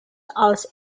als